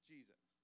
Jesus